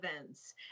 events